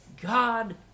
God